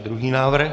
Druhý návrh.